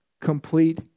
complete